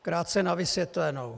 Krátce na vysvětlenou.